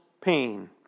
pain